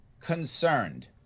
concerned